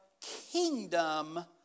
kingdom